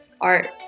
art